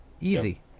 Easy